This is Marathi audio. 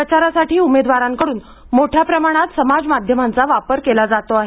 प्रचारासाठी उमेदवारांकडून मोठ्या प्रमाणात समाज माध्यमांचा वापर केला जात आहे